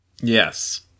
Yes